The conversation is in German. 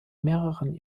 mehreren